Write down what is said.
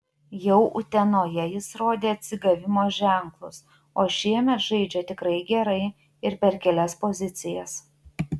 jau utenoje jis rodė atsigavimo ženklus o šiemet žaidžia tikrai gerai ir per kelias pozicijas